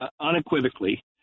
Unequivocally